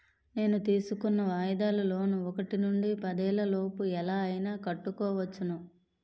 నేను తీసుకున్న వాయిదాల లోన్ ఒకటి నుండి పదేళ్ళ లోపు ఎలా అయినా కట్టుకోవచ్చును